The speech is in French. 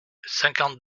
cinquante